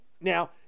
now